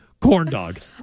corndog